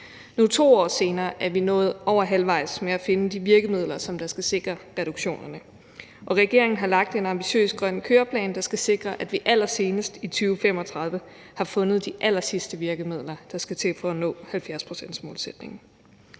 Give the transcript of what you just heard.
Nu 2 år senere er vi nået over halvvejs med at finde de virkemidler, som skal sikre reduktionerne, og regeringen har lagt en ambitiøs grøn køreplan, der skal sikre, at vi allersenest i 2035 har fundet de allersidste virkemidler, der skal til for at nå målsætningen